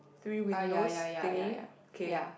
three windows thingy okay